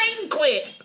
banquet